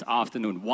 afternoon